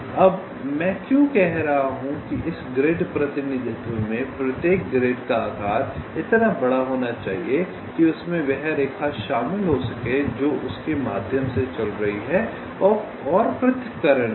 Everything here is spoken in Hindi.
अब मैं क्यों कह रहा हूं कि इस ग्रिड प्रतिनिधित्व में प्रत्येक ग्रिड का आकार इतना बड़ा होना चाहिए कि उसमें वह रेखा शामिल हो सके जो उसके माध्यम से चल रही है और पृथक्करण भी